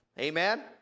Amen